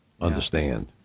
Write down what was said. understand